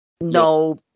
No